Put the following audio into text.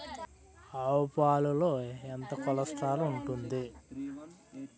ఆవు పాలలో ఎంత కొలెస్ట్రాల్ ఉంటుంది?